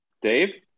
Dave